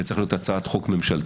וצריך להיות הצעת חוק ממשלתית.